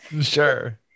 sure